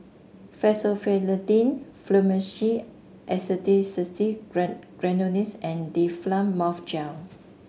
Fexofenadine Fluimucil Acetylcysteine Granules and Difflam Mouth Gel